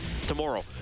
tomorrow